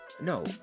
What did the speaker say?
No